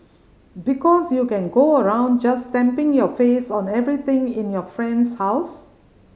because you can go around just stamping your face on everything in your friend's house